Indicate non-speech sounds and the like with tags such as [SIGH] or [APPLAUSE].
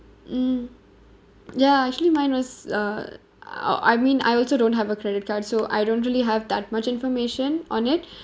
mm ya actually mine was uh I I mean I also don't have a credit card so I don't really have that much information on it [BREATH]